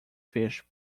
fish